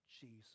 Jesus